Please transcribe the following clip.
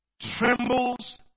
trembles